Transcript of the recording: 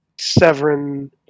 Severin